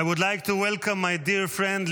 I would like to welcome my dear friend,